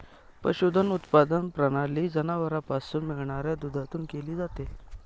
पशुधन उत्पादन प्रणाली जनावरांपासून मिळणाऱ्या दुधातून केली जाते